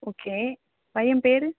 okay பையன் பேர்